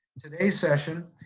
today's session,